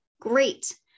great